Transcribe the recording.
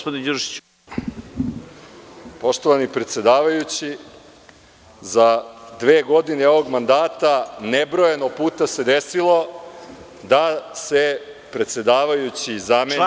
Poštovani predsedavajući, za dve godine ovog mandata nebrojeno puta se desilo da se predsedavajući zameni na…